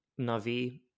Navi